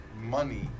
Money